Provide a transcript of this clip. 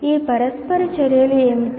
ఈ పరస్పర చర్యలు ఏమిటి